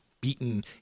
beaten